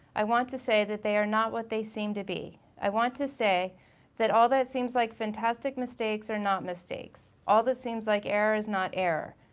i want to say that they are not what they seem to be. i want to say that all that seems like fantastic mistakes are not mistakes, all that seems like error is not error,